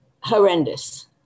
horrendous